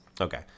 Okay